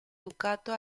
ducato